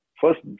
First